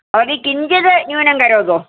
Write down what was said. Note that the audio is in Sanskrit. भवती किञ्चित् न्यूनं करोतु